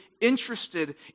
interested